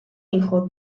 hijo